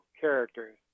characters